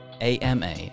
AMA